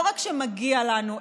לא רק שמגיע לנו,